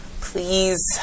please